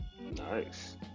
Nice